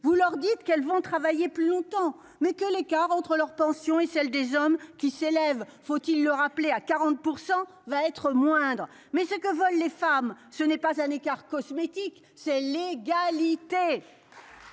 vous leur dites qu'elles vont travailler plus longtemps mais que l'écart entre leur pension et celle des hommes qui s'élève, faut-il le rappeler à 40% va être moindres mais ce que veulent les femmes ce n'est pas un écart cosmétique, c'est l'égalité.